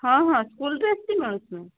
ହଁ ହଁ school dress ବି ମିଳୁଛି